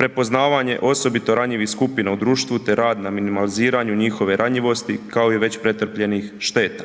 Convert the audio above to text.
Prepoznavanje osobito ranjivih skupina u društvu te rad na minimaliziranju njihove ranjivosti kao i već pretrpljenih šteta.